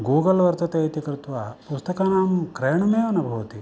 Google वर्तते इति कृत्वा पुस्तकानां क्रयणमेव न भवति